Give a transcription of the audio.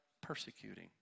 persecuting